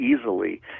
easily